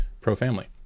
pro-family